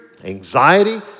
anxiety